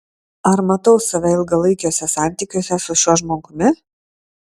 ar matau save ilgalaikiuose santykiuose su šiuo žmogumi